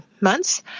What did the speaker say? months